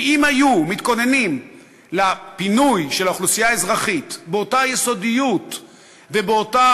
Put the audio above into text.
כי אם היו מתכוננים לפינוי של האוכלוסייה האזרחית באותה יסודיות ובאותה